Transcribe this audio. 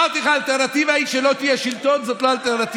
אמרתי לך: האלטרנטיבה שלא יהיה שלטון זו לא אלטרנטיבה.